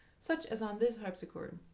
such as on this harpsichord,